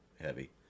heavy